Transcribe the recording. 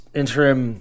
interim